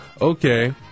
Okay